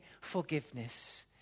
forgiveness